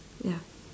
ya